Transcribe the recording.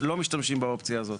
לא משתמשים באופציה הזאת.